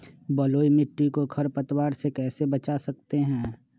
बलुई मिट्टी को खर पतवार से कैसे बच्चा सकते हैँ?